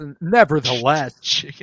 nevertheless